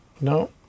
No